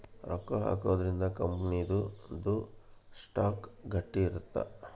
ರೊಕ್ಕ ಹಾಕೊದ್ರೀಂದ ಕಂಪನಿ ದು ಸ್ಟಾಕ್ ಗಟ್ಟಿ ಇರುತ್ತ